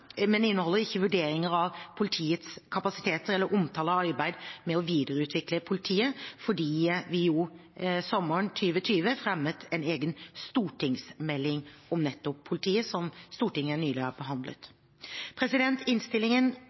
inneholder ikke vurderinger av politiets kapasiteter eller omtale av arbeid med å videreutvikle politiet, fordi vi sommeren 2020 fremmet en egen stortingsmelding om nettopp politiet, som Stortinget nylig har behandlet. Innstillingen